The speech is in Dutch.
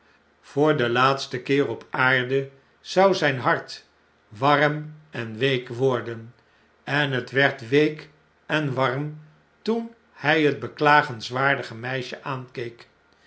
voor den laatsten keer op aarde zou zp hart warm en week worden en het werd week en warm toen hjj het beklagenswaardige meisje aankeek